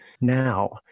now